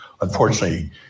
Unfortunately